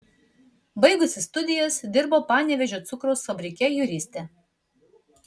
baigusi studijas dirbo panevėžio cukraus fabrike juriste